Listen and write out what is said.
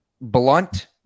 blunt